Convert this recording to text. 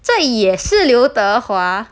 这也是刘德华